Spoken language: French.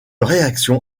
réaction